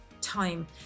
time